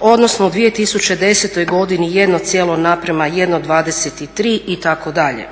odnosno u 2010.godini 1:1,23 itd.